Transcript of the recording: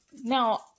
now